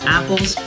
Apples